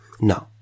No